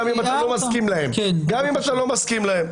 מו תר להעיר הערות ביניים כאן גם אם אתה לא מסכים להן.